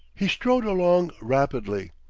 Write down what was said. he strode along rapidly,